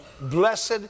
blessed